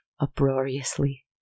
uproariously